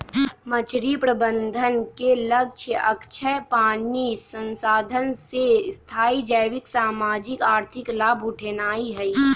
मछरी प्रबंधन के लक्ष्य अक्षय पानी संसाधन से स्थाई जैविक, सामाजिक, आर्थिक लाभ उठेनाइ हइ